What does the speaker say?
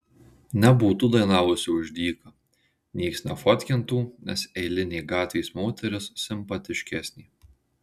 nebūtų dainavusi už dyką nieks nefotkintų nes eilinė gatvės moteris simpatiškesnė